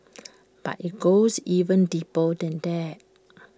but IT goes even deeper than that